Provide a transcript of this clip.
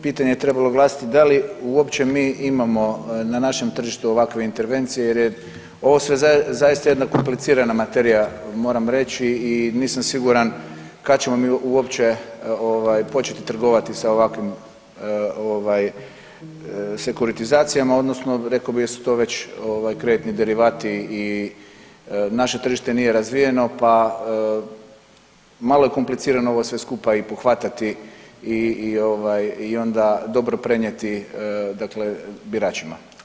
Pitanje je trebalo glasiti da li uopće mi imamo na našem tržištu ovakve intervencije, jer je ovo sve zaista jedna komplicirana materija, moram reći, i nisam siguran kad ćemo mi uopće početi trgovati sa ovakvim sekuritizacijama, odnosno rekao bi da su to već kreditni derivati i naše tržište nije razvijeno pa malo je komplicirano ovo sve skupa i pohvatati i onda dobro prenijeti, dakle biračima.